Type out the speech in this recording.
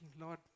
Lord